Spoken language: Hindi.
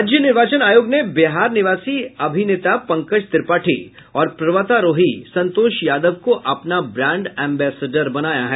राज्य निवार्चन आयोग ने बिहार निवासी अभिनेता पंकज त्रिपाठी और पर्वतारोही संतोष यादव को अपना ब्रांड अम्बेस्डर बनाया है